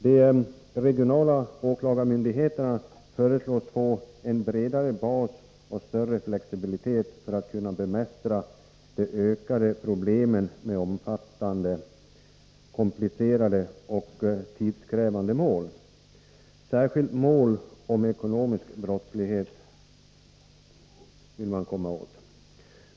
De regionala åklagarmyndigheterna föreslås få en bredare bas och större flexibilitet för att kunna bemästra de ökade problemen med omfattande, komplicerade och tidskrävande mål. Man vill särskilt komma åt mål om ekonomisk brottslighet.